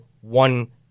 one